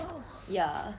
oh